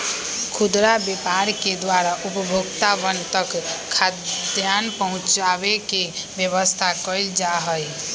खुदरा व्यापार के द्वारा उपभोक्तावन तक खाद्यान्न पहुंचावे के व्यवस्था कइल जाहई